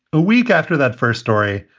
a week after that first story,